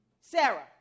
Sarah